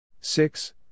Six